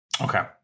Okay